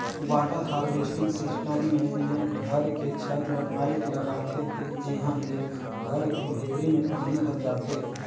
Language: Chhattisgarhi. वाटर हारवेस्टिंग सिस्टम मे घर के छत में पाईप लगाथे जिंहा ले घर के भीतरी में पानी हर जाथे